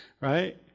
right